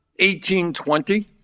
1820